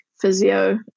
physio